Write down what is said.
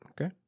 Okay